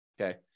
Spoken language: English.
Okay